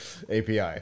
API